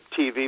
TV